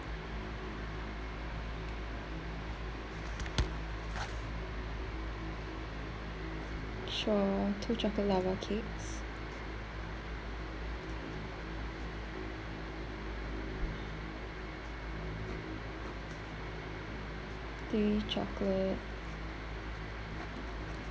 sure two chocolate lava cakes three chocolate